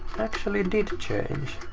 actually did change.